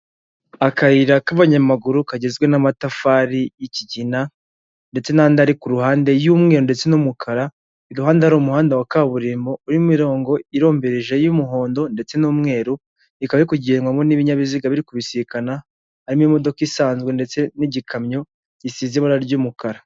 Akayira k'abanyamaguru kagizwe n'amatafari y'ikigina ndetse n'andi ari ku ruhande y'umweru ndetse n'umukara, iruhande hari umuhanda wa kaburimbo urimo imirongo irombereje y'umuhondo ndetse n'umweru, ikaba iri kugendwamo n'ibinyabiziga biri kubisikana harimo imodoka isanzwe ndetse n'igikamyo gisize ibara ry'umukara.